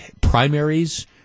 primaries